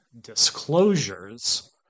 disclosures